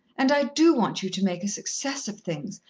and i do want you to make a success of things,